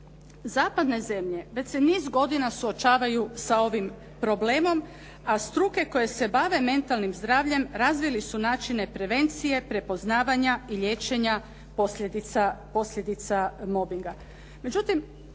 Zapadne zemlje već se niz godina suočavaju sa ovim problemom, a struke koje se bave mentalnim zdravljem razvile su načine prevencije, prepoznavanja i liječenja posljedica mobinga.